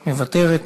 מוותרת.